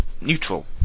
neutral